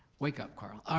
wake up, carl. ah